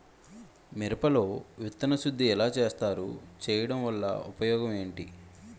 మిరప లో విత్తన శుద్ధి ఎలా చేస్తారు? చేయటం వల్ల ఉపయోగం ఏంటి?